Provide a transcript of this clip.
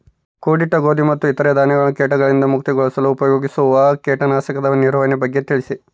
ಕೂಡಿಟ್ಟ ಗೋಧಿ ಮತ್ತು ಇತರ ಧಾನ್ಯಗಳ ಕೇಟಗಳಿಂದ ಮುಕ್ತಿಗೊಳಿಸಲು ಉಪಯೋಗಿಸುವ ಕೇಟನಾಶಕದ ನಿರ್ವಹಣೆಯ ಬಗ್ಗೆ ತಿಳಿಸಿ?